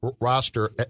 roster